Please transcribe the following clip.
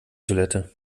toilette